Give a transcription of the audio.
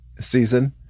season